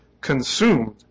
consumed